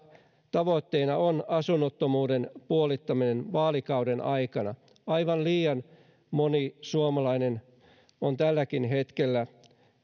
tavoitteena on asunnottomuuden puolittaminen vaalikauden aikana aivan liian moni suomalainen on tälläkin hetkellä